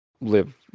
live